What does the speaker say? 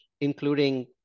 including